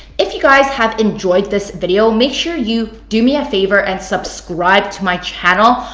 if you guys have enjoyed this video, make sure you do me a favour and subscribe to my channel.